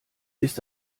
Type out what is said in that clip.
ist